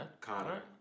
Connor